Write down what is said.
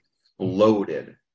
exploded